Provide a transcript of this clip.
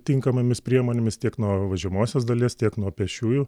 tinkamomis priemonėmis tiek nuo važiuojamosios dalies tiek nuo pėsčiųjų